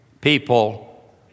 people